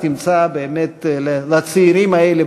תמצא באמת לצעירים האלה,